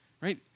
right